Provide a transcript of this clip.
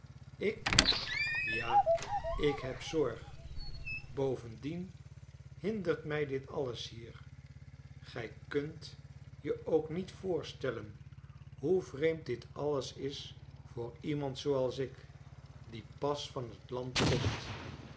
ik ja ik heb zorg bovendien hindert mij dit alles hier gij kunt je ook niet voorstellen hoe vreemd dit alles is voor iemand zooals ik die pas van het land komt